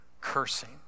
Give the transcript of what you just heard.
cursing